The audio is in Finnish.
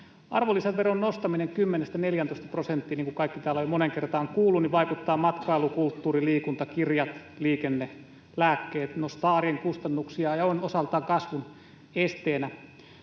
Arvonlisäveron nostaminen 10:stä 14 prosenttiin, niin kuin kaikki täällä ovat jo moneen kertaan kuulleet, vaikuttaa matkailuun, kulttuuriin, liikuntaan, kirjoihin, liikenteeseen ja lääkkeisiin, nostaa arjen kustannuksia ja on osaltaan kasvun esteenä.